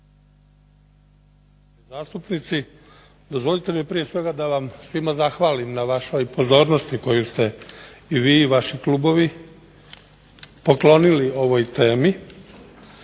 zastupnici. Dozvolite mi prije svega da vam svima zahvalim na vašoj pozornosti koju ste i vi vaši klubovi poklonili ovoj temi.